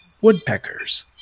woodpeckers